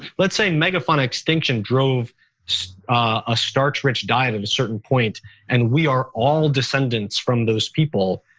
let's say megafaunal extinction drove a starch rich diet at a certain point and we are all descendants from those people.